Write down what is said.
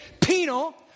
penal